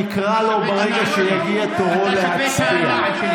נקרא לו ברגע שיגיע תורו להצביע.